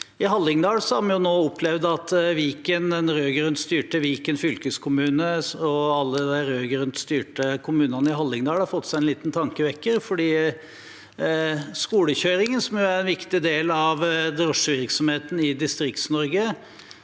I Hallingdal har vi nå opplevd at den rød-grønt styrte Viken fylkeskommune og alle de rød-grønt styrte kommunene i Hallingdal har fått seg en liten tankevekker, fordi skolekjøringen, som jo er en viktig del av drosjevirksomheten i Distrikts-Norge,